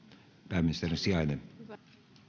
pääministerin sijainen